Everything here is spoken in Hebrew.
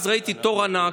אז ראיתי תור ענק.